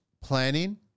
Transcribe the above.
planning